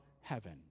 heaven